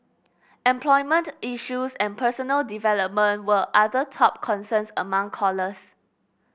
employment issues and personal development were other top concerns among callers